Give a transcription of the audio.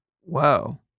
Whoa